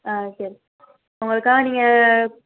ஆ சரி உங்களுக்காக நீங்கள்